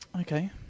Okay